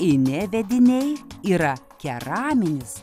inė vediniai yra keraminis